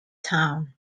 town